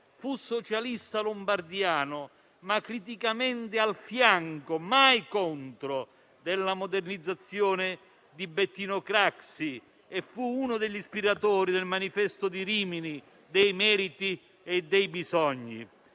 fu socialista lombardiano, ma criticamente al fianco e mai contro la modernizzazione di Bettino Craxi e fu uno degli ispiratori del Manifesto di Rimini i meriti e i bisogni.